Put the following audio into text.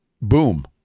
boom